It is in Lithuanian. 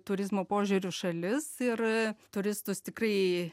turizmo požiūriu šalis ir turistus tikrai